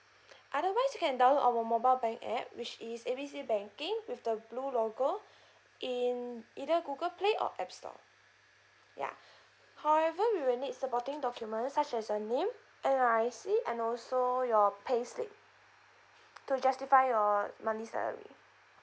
otherwise you can download our mobile bank app which is A B C banking with the blue logo in either Google play or app store ya however we will need supporting documents such as your name N_R_I_C and also your pay slip to justify your monthly salary